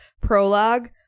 prologue